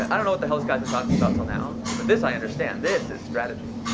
i don't know what the hell this guy's been talking about until now, but this i understand. this is strategy.